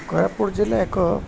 କୋରାପୁଟ ଜିଲ୍ଲା ଏକ